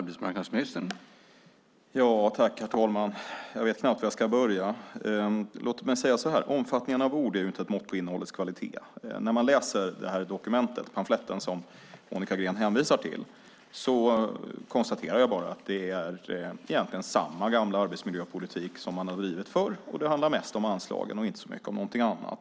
Herr talman! Jag vet knappt var jag ska börja. Låt mig säga så här: Omfattningen av ord är inte ett mått på innehållets kvalitet. När jag läser det här dokumentet, pamfletten, som Monica Green hänvisar till konstaterar jag bara att det egentligen är samma gamla arbetsmiljöpolitik som man har drivit förr, och det handlar mest om anslagen och inte så mycket om någonting annat.